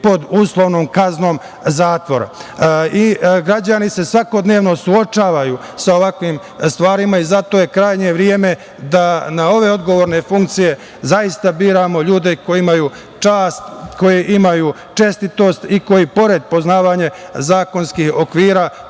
pod uslovnom kaznom zatvora. Građani se svakodnevno suočavaju sa ovakvim stvarima i zato je krajnje vreme da na ove odgovorne funkcije zaista biramo ljudi koji imaju čast, koji imaju čestitost i koji pored poznavanja zakonskih okvira poseduju